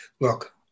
look